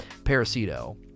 Parasito